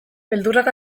beldurrak